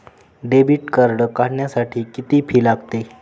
Debit card काढण्यासाठी किती fee लागते?